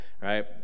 right